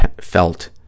felt